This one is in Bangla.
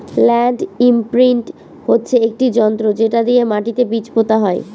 ল্যান্ড ইমপ্রিন্ট হচ্ছে একটি যন্ত্র যেটা দিয়ে মাটিতে বীজ পোতা হয়